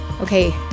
Okay